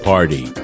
Party